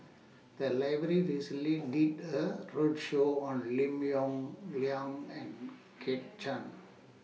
The Library recently did A roadshow on Lim Yong Liang and Kit Chan